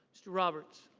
mr. roberts.